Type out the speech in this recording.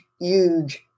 huge